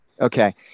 Okay